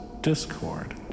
discord